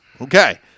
Okay